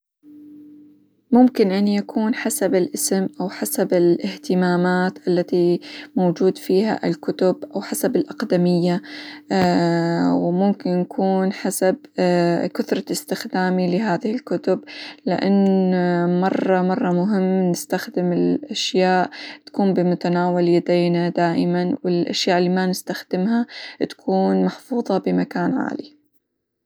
ممكن أن يكون حسب الاسم، أو حسب الإهتمامات اللتى موجود فيها الكتب، أو حسب الأقدمية، و ممكن يكون حسب كثرة إستخدامى لهذي الكتب، لإن مرة مرة مهم نستخدم الأشياء تكون بمتناول يدينا دائما، والأشياء اللى ما نستخدمها تكون محفوظة بمكان عالي.